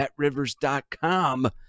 BetRivers.com